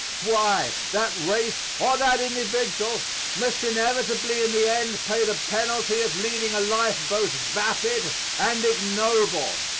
why, that race or that individual must inevitably in the end pay the penalty of leading a life both vapid and ignoble.